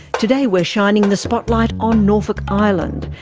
today we're shining the spotlight on norfolk island,